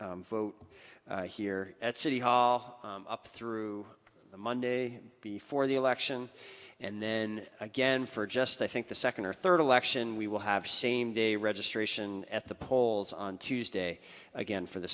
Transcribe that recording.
vote here at city hall up through the monday before the election and then again for just i think the second or third election we will have same day registration at the polls on tuesday again for the